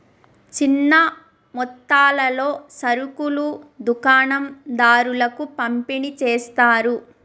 చిన్న మొత్తాలలో సరుకులు దుకాణం దారులకు పంపిణి చేస్తారు